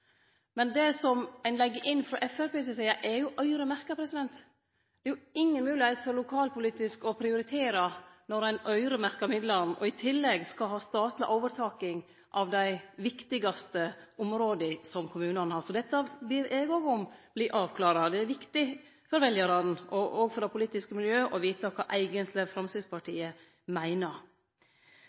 Men det ein legg inn frå Framstegspartiets side, er jo øyremerka. Det er ingen moglegheit til å prioritere lokalpolitisk når ein øyremerker midlane, og i tillegg skal ha statleg overtaking av dei viktigaste områda kommunane har. Eg òg ber om at dette vert avklart. Det er viktig for veljarane og for det politiske miljøet å vite kva Framstegspartiet eigentleg meiner.